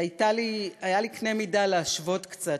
היה לי קנה מידה להשוות קצת.